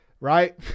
right